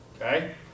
okay